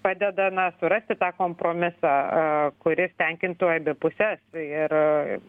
padeda na surasti tą kompromisą kuris tenkintų abi puses ir